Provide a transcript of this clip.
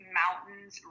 mountains